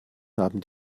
haben